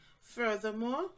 Furthermore